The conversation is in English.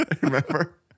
remember